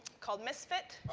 called misfit.